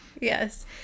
Yes